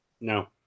No